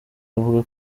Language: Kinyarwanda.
avuga